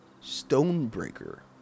Stonebreaker